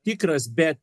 tikras bet